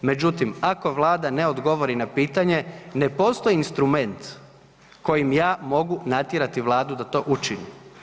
Međutim, ako Vlada ne odgovori na pitanje ne postoji instrument kojim ja mogu natjerati Vladu da to učini.